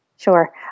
Sure